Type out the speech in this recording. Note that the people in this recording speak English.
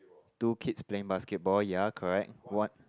two kids playing basketball ya correct one